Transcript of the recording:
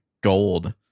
gold